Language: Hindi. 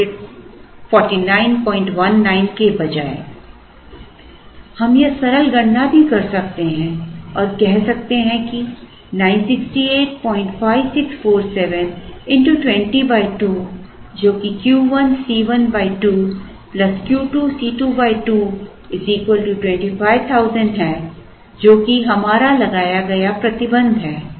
हम यह सरल गणना भी कर सकते हैं और कह सकते हैं कि 9685647 x 20 2 जो कि Q 1 C 1 2 Q 2 C 2 2 25000 है जो कि हमारा लगाया गया प्रतिबंध है